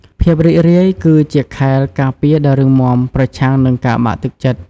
ភាពរីករាយគឺជាខែលការពារដ៏រឹងមាំប្រឆាំងនឹងការបាក់ទឹកចិត្ត។